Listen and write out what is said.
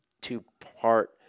two-part